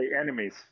enemies